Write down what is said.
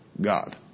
God